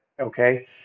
okay